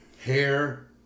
hair